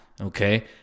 okay